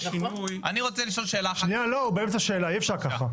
איתן, יש לי משהו פרקטי,